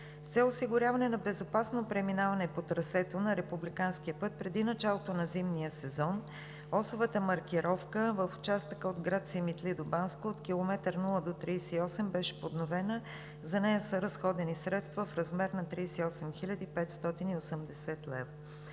С цел осигуряване на безопасно преминаване по трасето на републиканския път преди началото на зимния сезон, осовата маркировка в участъка от град Симитли до Банско от км 0 до км 38 беше подновена. За нея са разходени средства в размер на 38 580 лв.